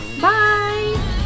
Bye